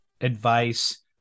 advice